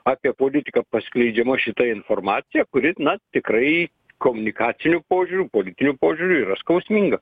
apie politiką paskleidžiama šita informacija kuri na tikrai komunikaciniu požiūriu politiniu požiūriu yra skausminga